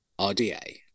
RDA